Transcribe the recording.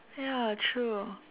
ya true